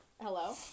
hello